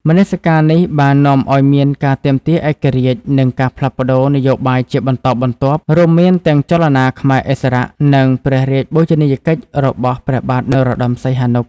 មនសិការនេះបាននាំឱ្យមានការទាមទារឯករាជ្យ និងការផ្លាស់ប្តូរនយោបាយជាបន្តបន្ទាប់ រួមមានទាំងចលនាខ្មែរឥស្សរៈ និងព្រះរាជបូជនីយកិច្ចរបស់ព្រះបាទនរោត្ដម សីហនុ។